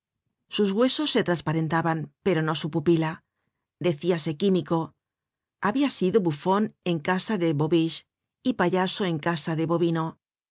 sus huesos se trasparentaban pero no su pupila decíase químico habia sido bufon en casa de bobiche y payaso en casa de bobino